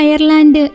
Ireland